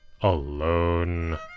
alone